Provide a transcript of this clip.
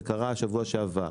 זה קרה בשבוע שעבר.